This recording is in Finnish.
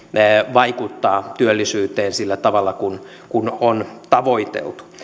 vaikuttaa työllisyyteen sillä tavalla kuin on tavoiteltu